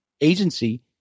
agency